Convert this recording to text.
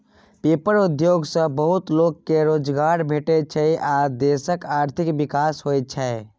paper उद्योग सँ बहुत लोक केँ रोजगार भेटै छै आ देशक आर्थिक विकास होइ छै